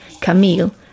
Camille